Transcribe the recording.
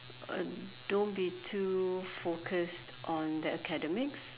uh don't be too focused on the academics